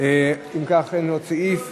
אין נמנעים.